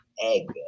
Egg